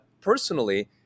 personally